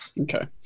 Okay